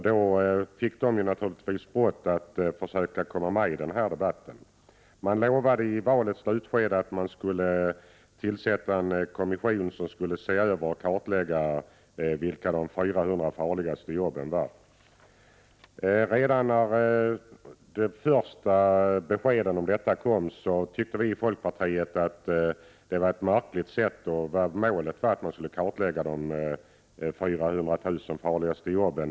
Då fick de naturligtvis brått att försöka komma med i den debatten. I valrörelsens slutskede lovade man att tillsätta en kommission som skulle kartlägga vilka de 400 000 farligaste jobben var. Redan när de första beskeden om detta kom, tyckte vi i folkpartiet att det var märkligt att målet skulle vara att kartlägga just de 400 000 farligaste jobben.